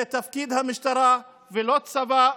זה תפקיד המשטרה ולא הצבא,